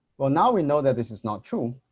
well now we know that this is not true.